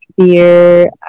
fear